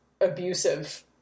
abusive